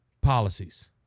policies